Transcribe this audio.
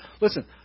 Listen